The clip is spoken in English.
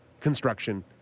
construction